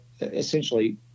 essentially –